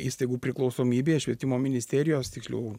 įstaigų priklausomybėje švietimo ministerijos tiksliau